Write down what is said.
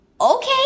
Okay